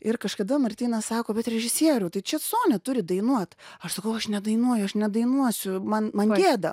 ir kažkada martynas sako bet režisierių tai čia sonia turi dainuot aš sakau aš nedainuoju aš nedainuosiu man man gėda